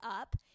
up